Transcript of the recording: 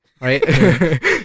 Right